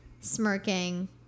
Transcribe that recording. smirking